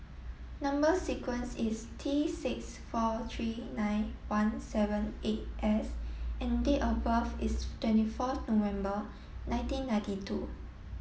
number sequence is T six four three nine one seven eight S and date of birth is twenty fourth November nineteen ninety two